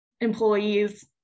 employees